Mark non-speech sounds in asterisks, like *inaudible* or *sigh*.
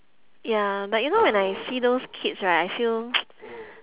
ya but you know when I see those kids right I feel *noise*